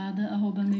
arroba